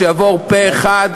שיעבור פה-אחד.